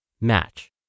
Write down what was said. match